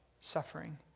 suffering